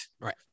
Right